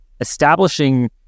establishing